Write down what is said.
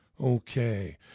Okay